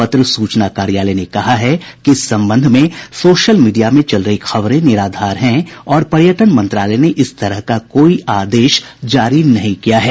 पत्र सूचना कार्यालय ने कहा है कि इस संबंध में सोशल मीडिया में चल रही खबरें निराधार हैं और पर्यटन मंत्रालय ने इस तरह का कोई आदेश जारी नहीं किया है